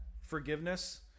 forgiveness